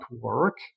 work